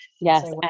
Yes